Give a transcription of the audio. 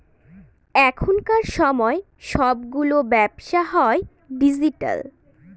এখনকার সময় সবগুলো ব্যবসা হয় ডিজিটাল